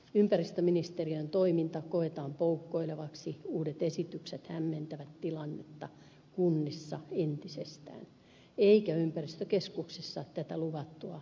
ympäristöministeriön toiminta koetaan poukkoilevaksi uudet esitykset hämmentävät tilannetta kunnissa entisestään eikä ympäristökeskuksissa tätä luvattua lisärahaa ole näkynyt